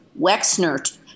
Wexner